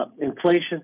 inflation